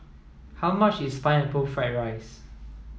how much is pineapple fried rice